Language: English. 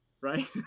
Right